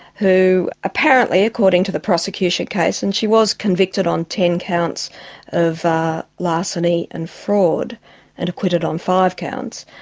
who apparently, according to the prosecution case, and she was convicted on ten counts of larceny and fraud and acquitted on five counts,